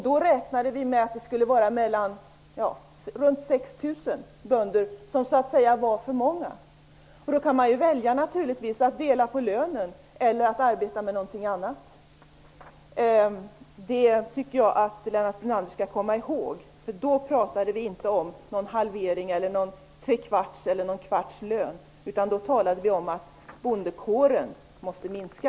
Då räknade vi med att det fanns runt 6 000 bönder för många. Man kan naturligtvis välja att dela på lönen eller att arbeta med någonting annat. Det skall Lennart Brunander komma ihåg. Då pratade vi inte om någon halvering eller någon kvarts lön. Då talade vi om att bondekåren måste minska.